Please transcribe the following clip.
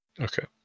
Okay